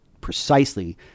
precisely